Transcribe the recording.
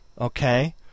okay